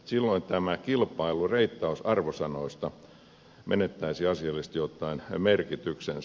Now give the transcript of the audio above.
silloin tämä kilpailu reittausarvosanoista menettäisi asiallisesti ottaen merkityksensä